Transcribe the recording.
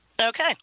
Okay